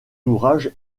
ouvrage